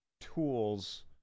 tools